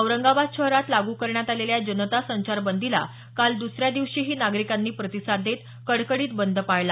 औरंगाबाद शहरात लागू करण्यात आलेल्या जनता संचारबंदीला काल दुसऱ्या दिवशीही नागरिकांनी प्रतिसाद देत कडकडीत बंद पाळला